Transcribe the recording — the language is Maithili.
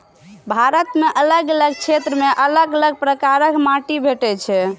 भारत मे अलग अलग क्षेत्र मे अलग अलग प्रकारक माटि भेटै छै